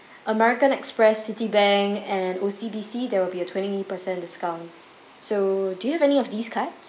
american express citibank and O_C_B_C there will be a twenty percent discount so do you have any of these cards